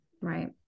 right